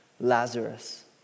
Lazarus